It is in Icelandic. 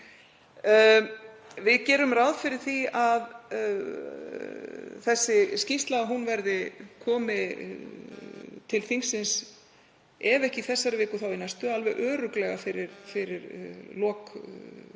Við gerum ráð fyrir því að þessi skýrsla verði komin til þingsins ef ekki í þessari viku þá í næstu, alveg örugglega áður en